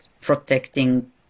protecting